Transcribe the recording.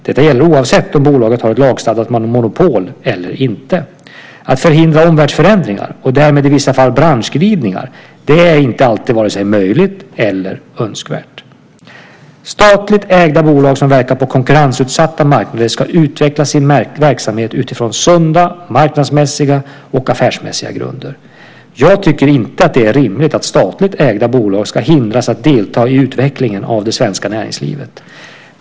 Detta gäller oavsett om bolaget har ett lagstadgat monopol eller inte. Att förhindra omvärldsförändringar och därmed i vissa fall branschglidningar är inte alltid vare sig möjligt eller önskvärt. Statligt ägda bolag som verkar på konkurrensutsatta marknader ska utveckla sin verksamhet utifrån sunda marknadsmässiga och affärsmässiga grunder. Jag tycker inte att det är rimligt att statligt ägda bolag ska hindras att delta i utvecklingen av det svenska näringslivet.